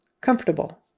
Comfortable